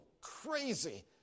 crazy